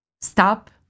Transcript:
stop